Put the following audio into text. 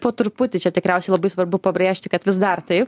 po truputį čia tikriausiai labai svarbu pabrėžti kad vis dar taip